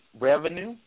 revenue